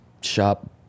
shop